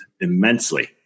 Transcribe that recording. immensely